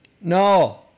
No